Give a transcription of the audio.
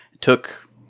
took